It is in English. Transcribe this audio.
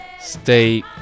stay